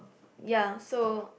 ya so